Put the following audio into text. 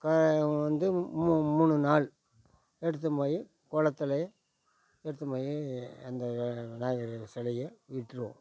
கா வந்து மூ மூணு நாள் எடுத்துன்னு போய் குளத்துல எடுத்துன்னு போய் அந்த விநாயகர் சிலைய விட்டுருவோம்